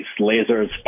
lasers